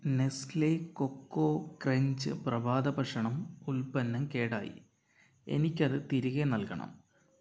Nestle cocoa crunch പ്രഭാതഭക്ഷണം ഉൽപ്പന്നം കേടായി എനിക്ക് അത് തിരികെ നൽകണം